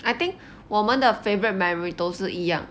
I think 我们的 favourite memory 都是一样